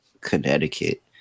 Connecticut